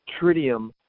tritium